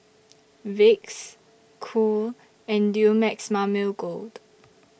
Vicks Cool and Dumex Mamil Gold